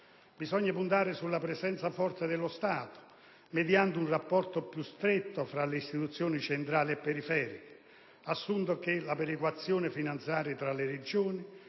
Bisogna puntare sulla presenza forte dello Stato mediante un rapporto più stretto tra istituzioni centrali e periferiche, assunto che la perequazione finanziaria tra Regioni,